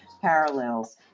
parallels